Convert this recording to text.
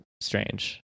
Strange